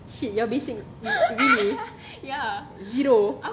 shit your basic really zero